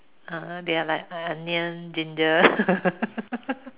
they are like onion ginger